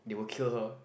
they will kill her